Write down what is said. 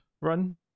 run